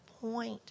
point